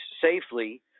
safely